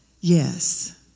Yes